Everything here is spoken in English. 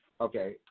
Okay